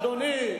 אדוני,